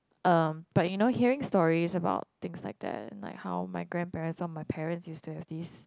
um but you know hearing stories about things like that like how my grandparents or my parents used to have these